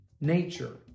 nature